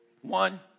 One